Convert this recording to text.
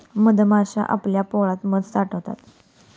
मधमाश्या आपल्या पोळ्यात मध साठवतात